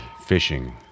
fishing